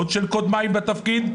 עוד של קודמיי בתפקיד,